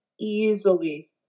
easily